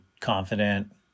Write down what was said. confident